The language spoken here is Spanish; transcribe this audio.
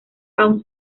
aún